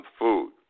food